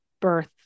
birth